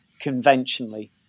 conventionally